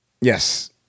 Yes